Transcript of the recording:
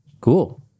Cool